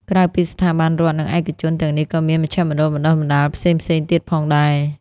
ក្រៅពីស្ថាប័នរដ្ឋនិងឯកជនទាំងនេះក៏មាន មជ្ឈមណ្ឌលបណ្តុះបណ្តាលផ្សេងៗ ទៀតផងដែរ។